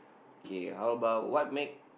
okay how about what make